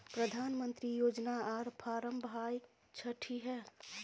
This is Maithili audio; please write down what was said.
प्रधानमंत्री योजना आर फारम भाई छठी है?